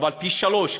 אבל פי-שלושה.